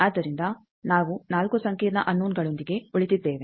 ಆದ್ದರಿಂದ ನಾವು 4 ಸಂಕೀರ್ಣ ಅನ್ನೋನ ಗಳೊಂದಿಗೆ ಉಳಿದಿದ್ದೇವೆ